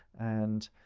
and,